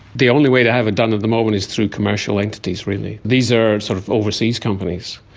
the only way to have it done at the moment is through commercial entities really. these are sort of overseas companies.